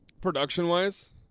Production-wise